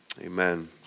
Amen